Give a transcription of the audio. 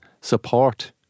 support